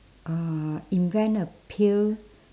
uh invent a pill